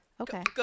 Okay